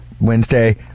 Wednesday